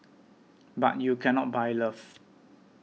but you cannot buy love